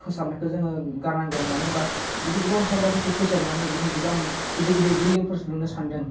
फोसाबनायखौ जोङो गारनांगोन मानो होनबा बिदि गोबां हाग्राफोरखौ फोसाबनानै बिनि गोबां गिदिर गिदिर बिल्डिंफोर लुनो सानदों